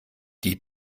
die